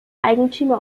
eigentümer